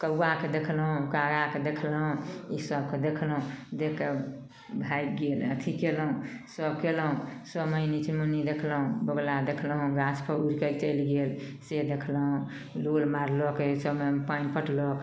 कौआके देखलहुँ काराके देखलहुँ ईसबके देखलहुँ देखिकऽ भागि गेल अथी कएलहुँ सब कएलहुँ सब मैनी चुनमुनी देखलहुँ बौगुला देखलहुँ गाछपर उड़िकऽ चलि गेल से देखलहुँ लोल मारलक एहि सबमे पानि पटेलक